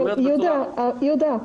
יהודה,